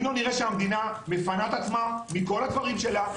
אם לא נראה שהמדינה מפנה את עצמה מכל הדברים שלה,